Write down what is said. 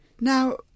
Now